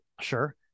Sure